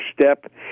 step